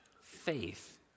Faith